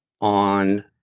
on